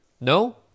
No